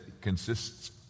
consists